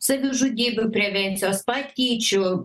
savižudybių prevencijos patyčių